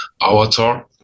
avatar